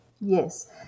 Yes